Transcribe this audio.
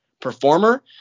performer